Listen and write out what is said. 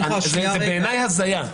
בעיניי זה הזיה.